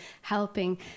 helping